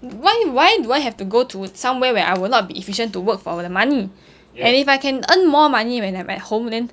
why why do I have to go to somewhere where I will not be efficient to work for the money and if I can earn more money when I'm at home then